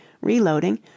reloading